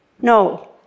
No